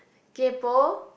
kaypo